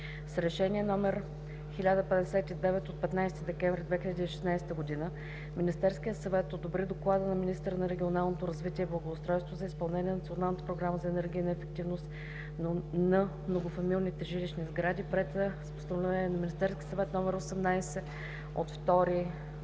С Решение № 1059 от 15 декември 2016 г., Министерският съвет одобри Доклада на Министъра на регионалното развитие и благоустройството за изпълнението на Националната програма за енергийна ефективност на многофамилните жилищни сгради, приета с Постановление на Министерския съвет № 18 от 02